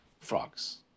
frogs